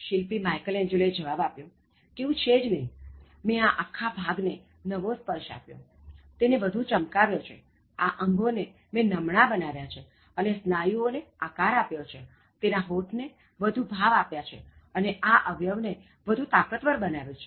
શિલ્પી Michelangelo એ જવાબ આપ્યો કે એવું છે જ નહીં મેં આ આખા ભાગ ને નવો સ્પર્શ આપ્યો છે અને તેને ચમકાવ્યો છે આ અંગોને મેં નમણાં બનાવ્યા છે અને સ્નાયુઓને આકાર આપ્યો છે તેના હોઠ ને વધુ ભાવ આપ્યા છે ને આ અવયવને વધુ તાકાતવર બનાવ્યું છે